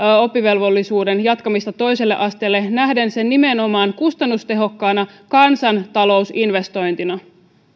oppivelvollisuuden jatkamista toiselle asteelle nähden sen nimenomaan kustannustehokkaana kansantalousinvestointina